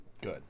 Good